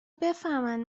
بفهمن